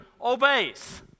obeys